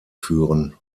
führen